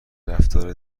رفتار